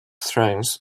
strength